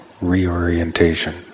reorientation